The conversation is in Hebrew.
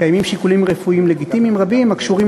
קיימים שיקולים רפואיים לגיטימיים רבים הקשורים